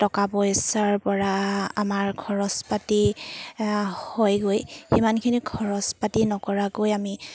টকা পইচাৰ পৰা আমাৰ খৰচ পাতি হয়গৈ সিমানখিনি খৰচ পাতি নকৰাকৈ আমি